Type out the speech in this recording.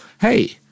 Hey